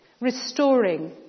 restoring